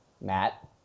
Matt